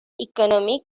economic